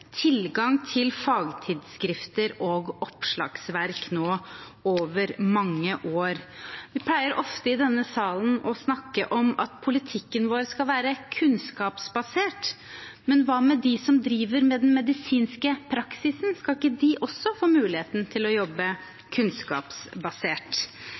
tilgang til fagtidsskrifter og oppslagsverk over mange år. Vi pleier ofte i denne salen å snakke om at politikken vår skal være kunnskapsbasert. Men hva med dem som driver med den medisinske praksisen? Skal ikke de også få muligheten til å